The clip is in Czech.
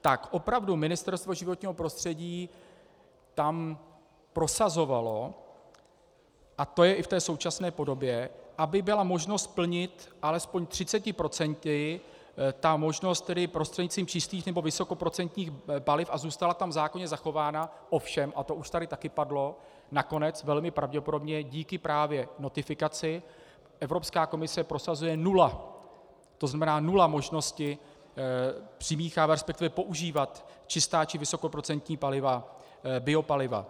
Tak opravdu Ministerstvo životního prostředí tam prosazovalo, a to je i v té současné podobě, aby byla možnost plnit alespoň 30 % prostřednictvím čistých nebo vysokoprocentních paliv a zůstala tam zákonně zachována, ovšem, a to už tady taky padlo, nakonec velmi pravděpodobně díky právě notifikaci Evropská komise prosazuje nula, to znamená nulová možnost přimíchávat, resp. používat čistá či vysokoprocentní biopaliva.